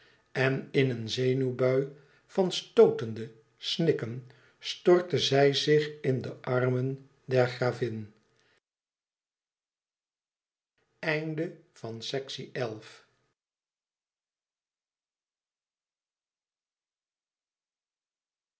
en in een zenuwbui van stootende snikken stortte zij zich in de armen der